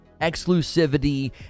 exclusivity